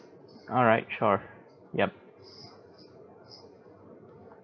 alright sure ya